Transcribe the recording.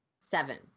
seven